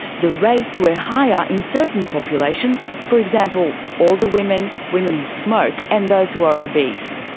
the rates were higher in certain populations, for example older women, women who smoke and those who are obese.